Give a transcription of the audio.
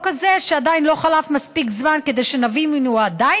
או כזה שעדיין לא חלף מספיק זמן כדי שנבין אם הוא עדיין